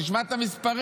תשמע את המספרים.